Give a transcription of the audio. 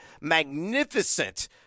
magnificent